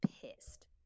pissed